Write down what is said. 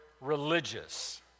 religious